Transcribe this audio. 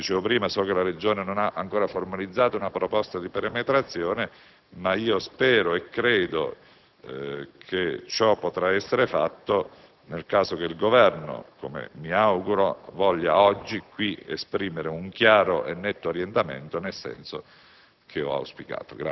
Come dicevo prima, so che la Regione non ha ancora formalizzato una proposta di perimetrazione, ma spero e credo che ciò potrà essere fatto nel caso in cui il Governo, come mi auguro, voglia oggi qui esprimere un chiaro e netto orientamento nel senso